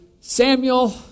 Samuel